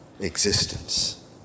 existence